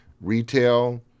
Retail